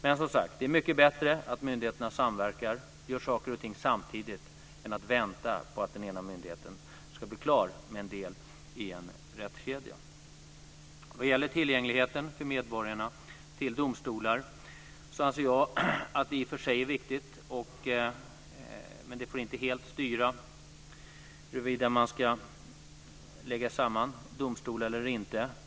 Men, som sagt, det är mycket bättre att myndigheterna samverkar och gör saker och ting samtidigt i stället för att vänta på att den ena myndigheten ska bli klar med en del i en rättskedja. När det gäller tillgängligheten till domstolar för medborgarna anser jag att den i och för sig är viktig, men den får inte helt styra huruvida man ska slå samman domstolar eller inte.